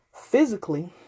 physically